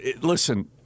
Listen